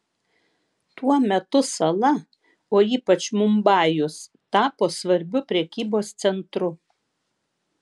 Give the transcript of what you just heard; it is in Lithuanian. tuo metu sala o ypač mumbajus tapo svarbiu prekybos centru